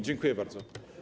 Dziękuję bardzo.